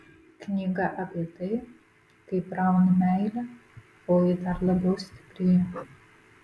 knyga apie tai kaip rauni meilę o ji dar labiau stiprėja